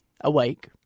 awake